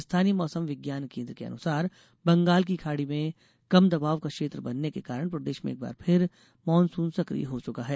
स्थानीय मौसम विज्ञान केन्द्र के अनुसार बंगाल की खाड़ी में कम दवाब का क्षेत्र बनने के कारण प्रदेश में एक बार फिर मानसून सक्रिय हो चुका है